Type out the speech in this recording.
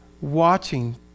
watching